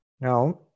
Now